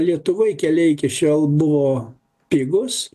lietuvoj keliai iki šiol buvo pigūs